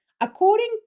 According